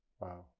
Wow